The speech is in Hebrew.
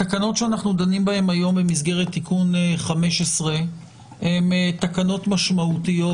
התקנות שאנחנו דנים בהן היום במסגרת תיקון מספר 15 הן תקנות משמעותיות